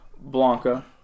Blanca